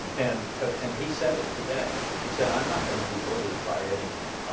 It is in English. um and and he said it today. he said i'm not going to be bullied by anyone.